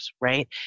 right